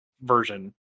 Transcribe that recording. version